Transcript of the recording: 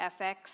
FX